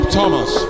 Thomas